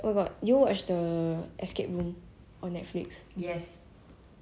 they going to have they the escape room two coming out already ya they coming out already